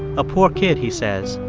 a poor kid, he says,